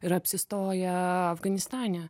ir apsistoja afganistane